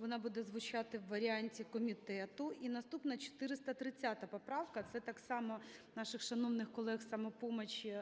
вона буде звучати в варіанті комітету. І наступна - 430 поправка, це так само наших шановних колег з "Самопомочі"